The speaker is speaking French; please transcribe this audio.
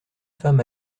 femme